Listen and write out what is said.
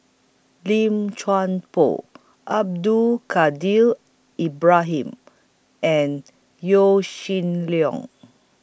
Lim Chuan Poh Abdul Kadir Ibrahim and Yaw Shin Leong